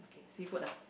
seafood ah